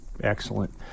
Excellent